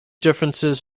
differences